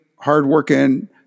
hardworking